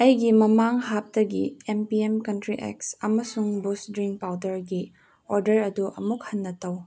ꯑꯩꯒꯤ ꯃꯃꯥꯡ ꯍꯥꯞꯇꯥꯒꯤ M P M country eggs ꯑꯃꯁꯨꯡ ꯕꯨꯁ ꯗ꯭ꯔꯤꯡ ꯄꯥꯎꯗꯔꯒꯤ ꯑꯣꯗꯔ ꯑꯗꯨ ꯑꯃꯨꯛ ꯍꯟꯅ ꯇꯧ